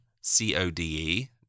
C-O-D-E